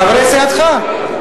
חברי סיעתך.